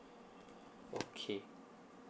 okay